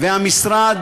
והמשרד,